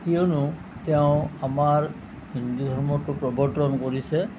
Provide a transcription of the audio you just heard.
কিয়নো তেওঁ আমাৰ হিন্দু ধৰ্মটো প্ৰৱৰ্তন কৰিছে